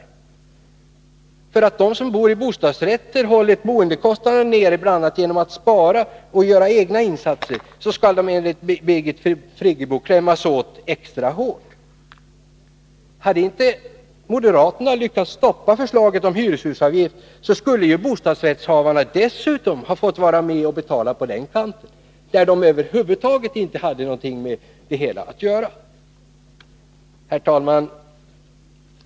Därför att de som bor i bostadsrättshus har hållit boendekostnaden nere genom bl.a. sparande och egna insatser, skall de enligt Birgit Friggebo klämmas åt extra hårt. Hade inte moderaterna lyckats stoppa förslaget om hyreshusavgift, skulle bostadsrättshavarna dessutom ha fått vara med och betala på den kanten, som de över huvud taget inte har någonting med att göra. Herr talman!